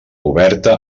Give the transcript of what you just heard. oberta